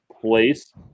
place